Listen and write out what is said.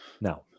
Now